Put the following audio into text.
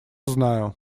знаю